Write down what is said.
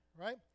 Right